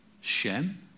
shem